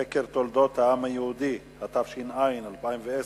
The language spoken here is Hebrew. לחקר תולדות העם היהודי, התש"ע 2010,